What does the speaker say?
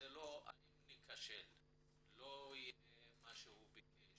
לא יהיה מה שהוא ביקש